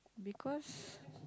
because